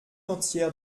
entière